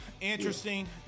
interesting